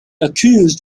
accused